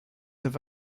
have